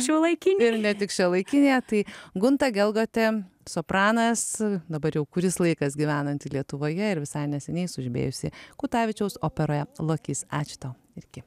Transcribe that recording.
šiuolaikinėj ir ne tik šiuolaikinėje tai gunta gelgotė sopranas dabar jau kuris laikas gyvenanti lietuvoje ir visai neseniai sužibėjusi kutavičiaus operoje lokys ačiū tau iki